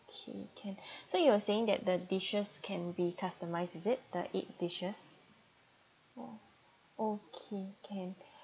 okay can so you were saying that the dishes can be customized is it the eight dishes okay can